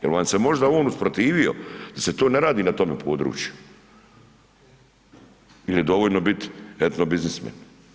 Je li vam se možda on usprotivio da se to ne radi na tome području ili je dovoljno biti etno biznismen?